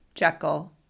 Jekyll